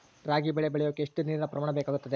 ರಾಗಿ ಬೆಳೆ ಬೆಳೆಯೋಕೆ ಎಷ್ಟು ನೇರಿನ ಪ್ರಮಾಣ ಬೇಕಾಗುತ್ತದೆ?